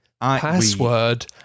Password